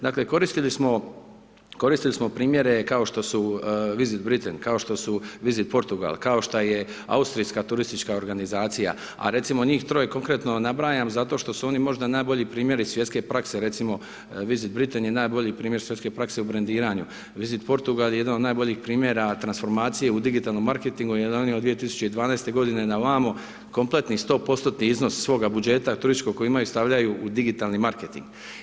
Dakle, koristili smo primjere kao što su Vizit Britain, kao što su Vizit Portugal, kao šta je austrijska turistička organizacija, a recimo njih troje konkretno nabrajam zato što su oni možda najbolji primjeri iz svjetske prakse recimo Vizit Britain je najbolji primjer svjetske prakse u brendiranju, Vizit Portugal je jedan od najboljih primjera transformacije u digitalnom marketingu jer je od 2012. godine na ovamo kompletni 100% iznos svoga budžeta turističkog koga imaju stavljaju u digitalni marketing.